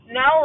no